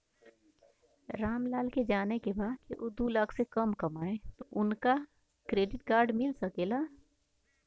राम लाल के जाने के बा की ऊ दूलाख से कम कमायेन उनका के क्रेडिट कार्ड मिल सके ला?